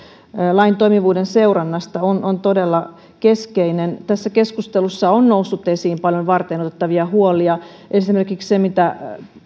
lain toimivuuden seurannasta on on todella keskeinen tässä keskustelussa on noussut esiin paljon varteenotettavia huolia esimerkiksi se mitä